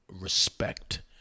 respect